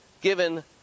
Given